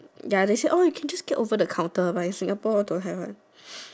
ya they say oh okay you can just get over the counter but in Singapore don't have one